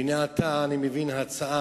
והנה עתה הצעה,